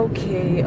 Okay